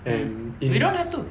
mm we don't have to